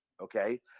okay